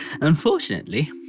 Unfortunately